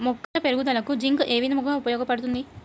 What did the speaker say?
మొక్కల పెరుగుదలకు జింక్ ఏ విధముగా ఉపయోగపడుతుంది?